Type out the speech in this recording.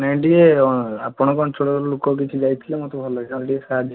ନାଇ ଟିକିଏ ଏ ଆପଣଙ୍କ ଅଞ୍ଚଳରୁ ଲୋକ କିଛି ଯାଇଥିଲେ ମୋତେ ଭଲ ହେଇଥାନ୍ତା ସାହାଯ୍ୟ ହେଇଥାନ୍ତା